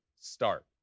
start